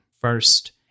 first